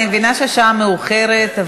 אני מבינה שהשעה מאוחרת,